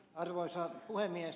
arvoisa puhemies